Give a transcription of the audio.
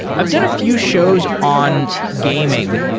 i've done a few shows on gaming.